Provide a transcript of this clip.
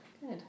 Good